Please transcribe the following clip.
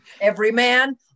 Everyman